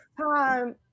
time